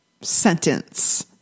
sentence